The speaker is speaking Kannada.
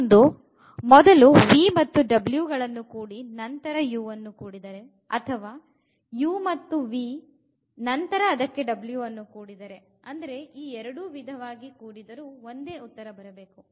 ಮತ್ತೊಂದು ಮೊದಲು v ಮತ್ತು w ಕೂಡಿ ನಂತರ u ಕೊಡಿದರೆ ಅಥವ uv ನಂತರ ಅದಕ್ಕೆ wಕೂಡಿದರೆ ಅಂದರೆ ಎರಡೂ ವಿಧವಾಗಿ ಮಾಡಿದರೂ ಒಂದೇ ಉತ್ತರ ಬರಬೇಕು